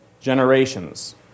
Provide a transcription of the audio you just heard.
generations